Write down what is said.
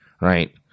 right